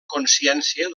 consciència